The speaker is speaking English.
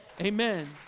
Amen